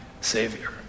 Savior